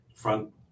front